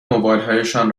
موبایلهایشان